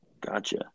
Gotcha